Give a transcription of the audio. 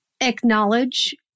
acknowledge